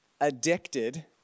addicted